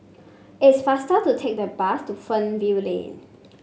it's faster to take the bus to Fernvale Lane